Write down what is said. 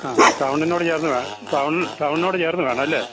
ആ ടൗണിനോട് ചേർന്ന് വേ ടൗൺ ടൗണിനോട് ചേർന്ന് വേണം അല്ലെ